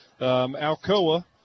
Alcoa